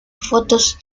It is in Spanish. fotos